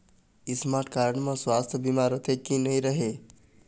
Smart card म सुवास्थ बीमा रथे की नई रहे?